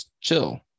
chill